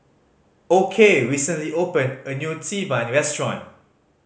Okey recently opened a new Xi Ban restaurant